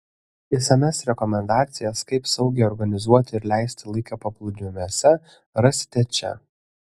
išsamias rekomendacijas kaip saugiai organizuoti ir leisti laiką paplūdimiuose rasite čia